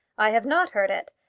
i have not heard it.